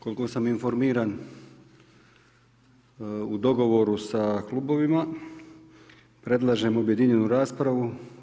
Koliko sam informiran u dogovoru sa klubovima, predlažemo objedinjenu raspravu.